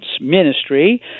ministry